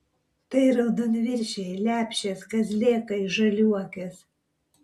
tai raudonviršiai lepšės kazlėkai žaliuokės